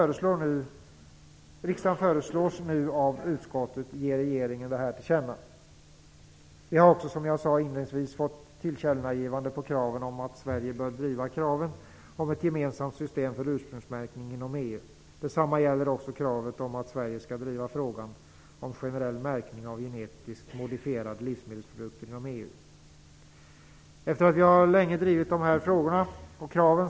Riksdagen föreslås nu av utskottet ge regeringen detta till känna. Vi har också, som jag sade inledningsvis, fått ett tillkännagivande när det gäller att Sverige bör driva kravet om ett gemensamt system för ursprungsmärkning inom EU. Det samma gäller också att Sverige skall driva frågan om generell märkning av genetiskt modifierade livsmedelsprodukter inom EU. Vi har länge drivit dessa frågor och krav.